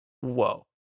Whoa